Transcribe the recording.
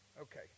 Okay